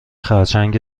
خرچنگ